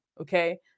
okay